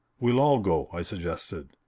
we'll all go, i suggested.